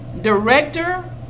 Director